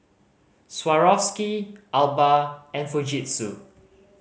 Swarovski Alba and Fujitsu